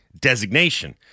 designation